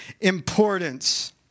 importance